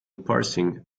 parsing